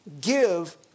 give